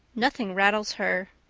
nothing rattles her.